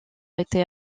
était